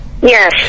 Yes